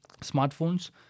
smartphones